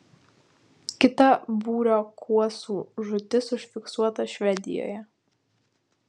kita būrio kuosų žūtis užfiksuota švedijoje